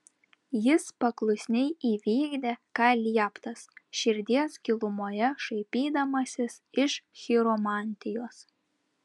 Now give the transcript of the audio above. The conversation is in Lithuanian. jis paklusniai įvykdė ką lieptas širdies gilumoje šaipydamasis iš chiromantijos